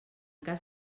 cas